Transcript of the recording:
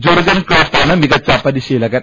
Jurgen ക്ലോപ്പാണ് മികച്ച പരിശീലകൻ